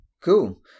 Cool